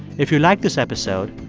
if you liked this episode,